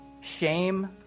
shame